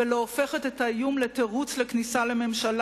ולא הופכת את האיום לתירוץ לכניסה לממשלה